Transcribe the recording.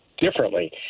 differently